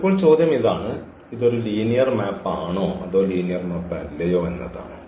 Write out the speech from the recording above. ഇപ്പോൾ ചോദ്യം ഇതാണ് ഇതൊരു ലീനിയർ മാപ്പ് ആണോ അതോ ലീനിയർ മാപ്പ് അല്ലയോ എന്നതാണ്